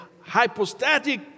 hypostatic